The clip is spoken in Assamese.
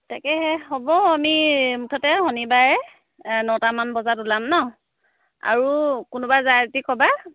তাকেহে হ'ব আমি মুঠতে শনিবাৰে নটামান বজাত ওলাম নহ্ আৰু কোনোবা যায় যদি ক'বা